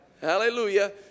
Hallelujah